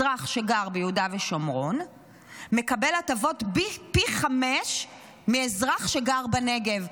אזרח שגר ביהודה ושומרון מקבל הטבות פי חמישה מאזרח שגר בנגב.